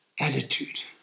attitude